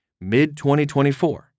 mid-2024